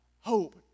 hope